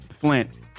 Flint